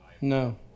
No